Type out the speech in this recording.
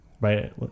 right